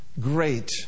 great